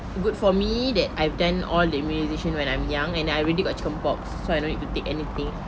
good for me that I've done all the immunisation when I'm young and I already got chicken pox so I no need to take anything